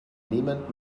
niemand